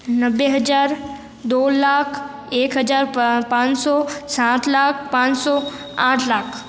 नब्बे हजार दो लाख एक हजार पाँच सौ सात लाख पाँच सौ आठ लाख